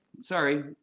Sorry